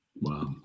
Wow